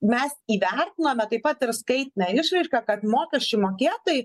mes įvertinome taip pat ir skaitine išraiška kad mokesčių mokėtojai